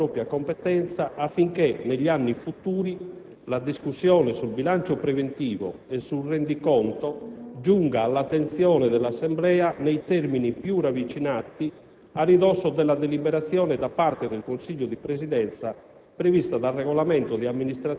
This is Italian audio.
assume l'impegno, per quanto di propria competenza, affinché negli anni futuri la discussione sul bilancio preventivo e sul rendiconto giunga all'attenzione dell'Assemblea nei termini più ravvicinati, a ridosso della deliberazione da parte del Consiglio di Presidenza